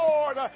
Lord